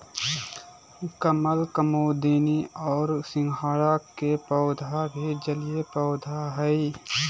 कमल, कुमुदिनी और सिंघाड़ा के पौधा भी जलीय पौधा हइ